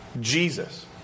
Jesus